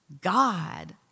God